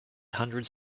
hundreds